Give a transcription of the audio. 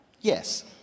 Yes